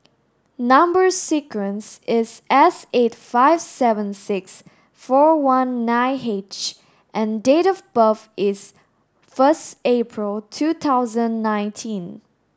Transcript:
number sequence is S eight five seven six four one nine H and date of birth is first April two thousand nineteen